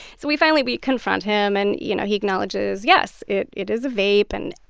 so we finally, we confront him. and, you know, he acknowledges, yes, it it is a vape, and,